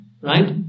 Right